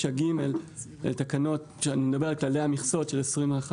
9(ג) אלה תקנות שכשאני מדבר על כללי המכסות של 21'-22',